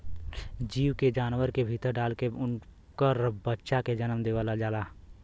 gene के जानवर के भीतर डाल के उनकर बच्चा के जनम देवल जाला